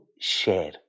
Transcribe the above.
share